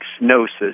gnosis